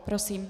Prosím.